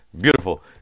beautiful